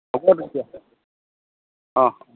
হ'ব তেতিয়া অঁ